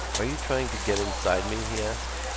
are you trying to get inside me? he asked.